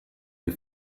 des